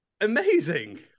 amazing